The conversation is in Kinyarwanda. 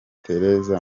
theresa